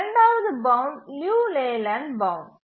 இரண்டாவது பவுண்ட் லியு Leyland bound